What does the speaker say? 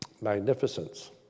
magnificence